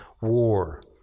war